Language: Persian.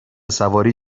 سواری